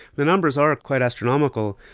the numbers are quite astronomical,